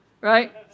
right